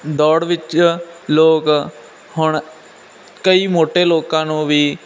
ਦੌੜ ਵਿੱਚ ਲੋਕ ਹੁਣ ਕਈ ਮੋਟੇ ਲੋਕਾਂ ਨੂੰ ਵੀ